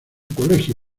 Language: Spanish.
colegio